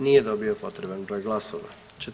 Nije dobio potreban broj glasova.